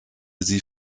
sie